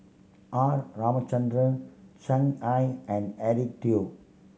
R Ramachandran Shen I and Eric Teo